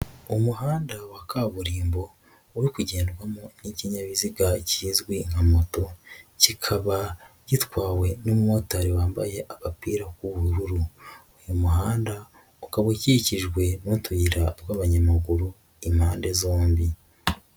Umuhanda wa kaburimbo uri kugendwamo n'ikinyabiziga kizwi nka moto, kikaba gitwawe n'umumotari wambaye agapira k'ubururu, uyu muhanda ukaba ukikijwe n'utuyira tw'abanyamaguru impande zombi.